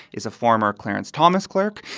is a former clarence thomas clerk?